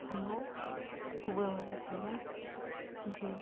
hello Uber वाले भय्या जी